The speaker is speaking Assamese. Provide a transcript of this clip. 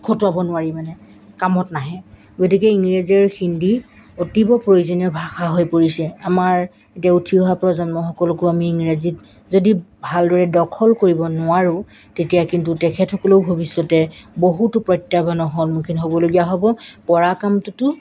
খটোৱাব নোৱাৰি মানে কামত নাহে গতিকে ইংৰাজী আৰু হিন্দী অতিব প্ৰয়োজনীয় ভাষা হৈ পৰিছে আমাৰ এতিয়া উঠি অহা প্ৰজন্মসকলকো আমি ইংৰাজীত যদি ভালদৰে দখল কৰিব নোৱাৰোঁ তেতিয়া কিন্তু তেখেতসকলেও ভৱিষ্যতে বহুতো প্ৰত্যাহ্বানৰ সন্মুখীন হ'বলগীয়া হ'ব পৰা কামটোতো